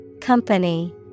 Company